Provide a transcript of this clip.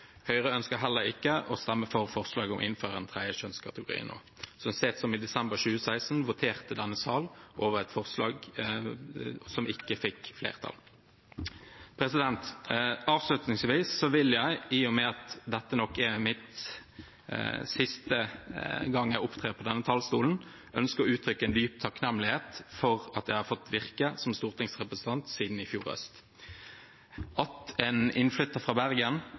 tredje kjønnskategori i Norge. Så sent som i desember 2016 ble det votert i denne sal over et forslag som ikke fikk flertall. Avslutningsvis vil jeg, i og med at dette nok er siste gang jeg opptrer på denne talerstolen, ønske å uttrykke en dyp takknemlighet for at jeg har fått virke som stortingsrepresentant siden i fjor høst. At en innflytter fra Bergen,